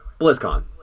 BlizzCon